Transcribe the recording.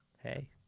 hey